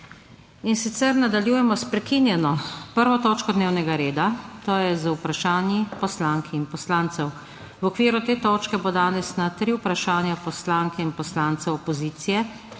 **Nadaljujemo****s prekinjeno 1. točko dnevnega reda, to je z Vprašanji poslank in poslancev.** V okviru te točke bo danes na tri vprašanja poslanke in poslancev opozicije